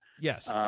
Yes